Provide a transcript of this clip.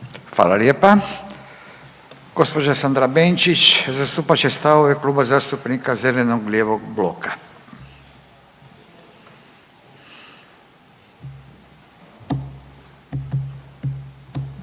Hvala lijepa. Gđa. Sandra Benčić zastupat će stavove Kluba zastupnika zeleno-lijevog bloka, izvolite.